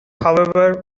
however